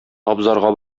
абзарга